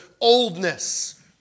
oldness